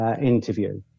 Interview